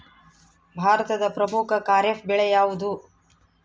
ಭಾರತದ ಪ್ರಮುಖ ಖಾರೇಫ್ ಬೆಳೆ ಯಾವುದು?